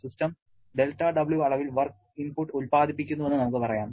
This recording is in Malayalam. സിസ്റ്റം δW അളവിൽ വർക്ക് ഔട്ട്പുട്ട് ഉൽപാദിപ്പിക്കുന്നുവെന്ന് നമുക്ക് പറയാം